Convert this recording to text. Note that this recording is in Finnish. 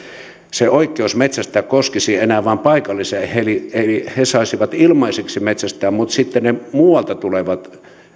se oikeus metsästää koskisi enää vain paikallisia eli eli he saisivat ilmaiseksi metsästää mutta sitten niiltä muualta tulevilta